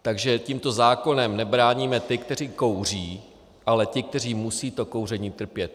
Takže tímto zákonem nebráníme ty, kteří kouří, ale ty, kteří musí to kouření trpět.